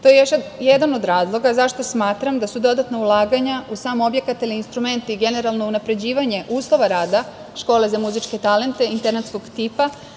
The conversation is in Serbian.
To je još jedan od razloga zašto smatram da su dodatna ulaganja u sam objekat, instrumente, ali i generalno unapređivanje uslova rada škole za muzičke talente internatskog tipa